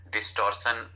Distortion